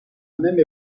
même